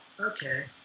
okay